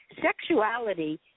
Sexuality